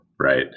right